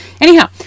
anyhow